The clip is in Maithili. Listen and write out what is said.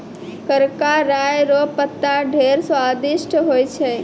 करका राय रो पत्ता ढेर स्वादिस्ट होय छै